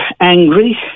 angry